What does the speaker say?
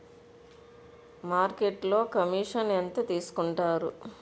మార్కెట్లో కమిషన్ ఎంత తీసుకొంటారు?